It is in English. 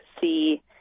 see